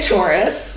Taurus